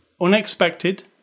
unexpected